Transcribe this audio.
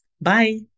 Bye